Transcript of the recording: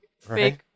fake